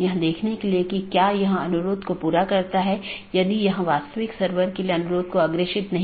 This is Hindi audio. BGP निर्भर करता है IGP पर जो कि एक साथी का पता लगाने के लिए आंतरिक गेटवे